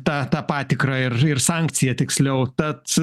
tą tą patikrą ir ir sankciją tiksliau tad